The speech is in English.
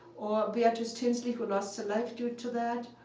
or beatrice tinsley, who lost her life due to that,